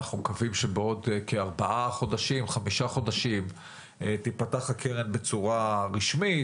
אנחנו מקווים שבעוד ארבעה-חמישה חודשים תיפתח הקרן בצורה רשמית,